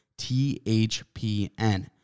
THPN